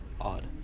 odd